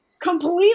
completely